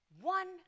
One